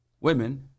women